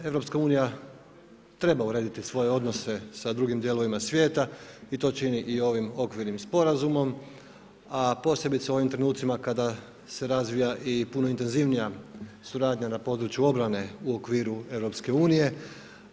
EU treba urediti svoj odnose sa drugim dijelovima svijeta i to čini i ovim okvirnim sporazumom, a posebice u ovim trenucima kada se razvija i puno intenzivnija suradnja na području obrane u okviru EU-a.